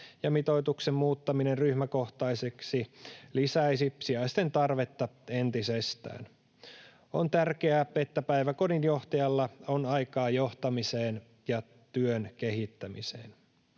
ja mitoituksen muuttaminen ryhmäkohtaiseksi lisäisi sijaisten tarvetta entisestään. On tärkeää, että päiväkodin johtajalla on aikaa johtamiseen ja työn kehittämiseen.